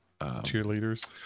cheerleaders